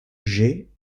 jet